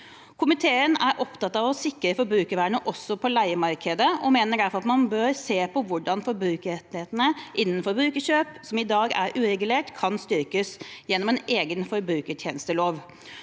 Komiteen er opptatt av å sikre forbrukervernet også på leiemarkedet og mener derfor at man bør se på hvordan forbrukerrettighetene innen forbrukerkjøp, som i dag er uregulert, kan styrkes gjennom en egen forbrukertjenestelov.